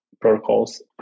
protocols